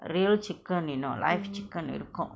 real chicken you know live chicken இருக்கு:irukku